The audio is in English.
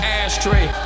ashtray